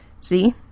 See